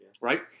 Right